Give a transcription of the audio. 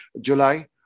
July